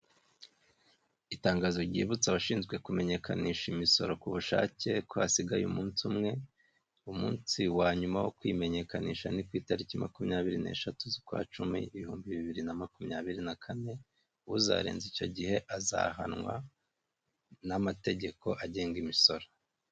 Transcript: Itangazo ryibutsa abashinzwe kumenyekanisha imisoro ku bushake ko hasigaye umunsi umwe ku munsi wa nyuma wo kwimenyekanisha ni ku itariki makumyabiri n'eshatu z'ukwacumi ibihumbi bibiri na makumyabiri nakane uzarenza icyo gihe azahanwa n'amategeko agenga imisoro.